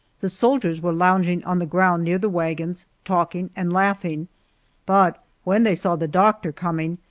the soldiers were lounging on the ground near the wagons, talking and laughing but when they saw the doctor coming,